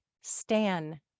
Stan